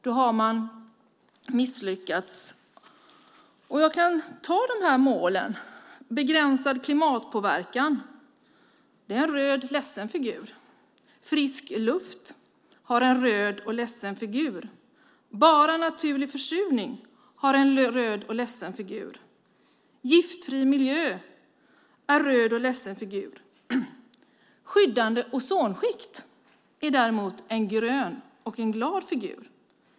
Då har man misslyckats. Jag kan räkna upp de här målen: Begränsad klimatpåverkan - där är det en röd ledsen figur. Frisk luft - där är det en röd ledsen figur. Bara naturlig försurning - där är det en röd ledsen figur. Giftfri miljö - där är det en röd och ledsen figur. Skyddande ozonskikt - där är det däremot en grön glad figur.